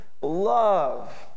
love